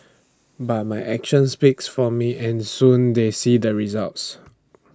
but my actions speaks for me and soon they see the results